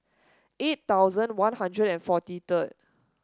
eight thousand One Hundred and forty third